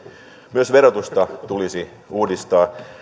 myös verotusta tulisi uudistaa